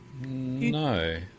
No